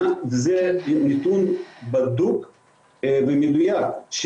וזה נתון בדוק ומדויק,